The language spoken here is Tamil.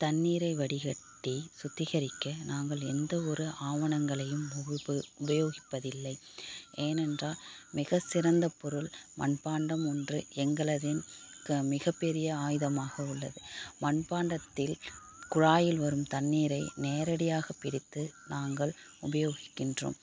தண்ணீரை வடிகட்டி சுத்திகரிக்க நாங்கள் எந்தவொரு ஆவணங்களையும் உபப்பு உபயோகிப்பது இல்லை ஏனென்றால் மிகச் சிறந்த பொருள் மண்பாண்டம் ஒன்று எங்களதின் க மிகப்பெரிய ஆயுதமாக உள்ளது மண்பாண்டத்தில் குழாயில் வரும் தண்ணீரை நேரடியாக பிடித்து நாங்கள் உபயோகிக்கின்றோம்